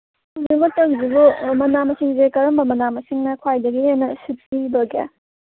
ꯂꯣꯏꯅꯃꯛ ꯃꯅꯥ ꯃꯁꯤꯡꯁꯤ ꯀꯔꯝꯕ ꯃꯅꯥ ꯃꯁꯤꯡꯅ ꯈ꯭ꯋꯥꯏꯗꯒꯤ ꯍꯦꯟꯅ ꯁꯤꯠꯄꯤꯕꯒꯦ